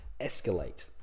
escalate